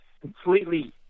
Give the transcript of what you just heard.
completely